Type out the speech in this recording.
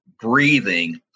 breathing